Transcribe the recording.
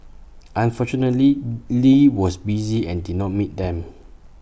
unfortunately lee was busy and did not meet them